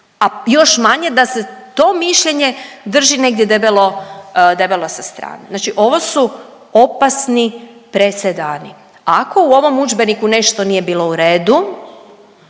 a još manje da se to mišljenje drži negdje debelo, debelo sa strane. Znači ovo su opasni presedani, ako u ovom udžbeniku nešto nije bilo u redu,